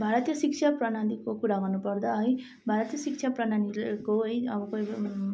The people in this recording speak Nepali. भारतीय शिक्षा प्रणालीको कुरा भन्नुपर्दा है भारतीय शिक्षा प्रणालीको है अब कोही